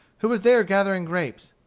who was there gathering grapes.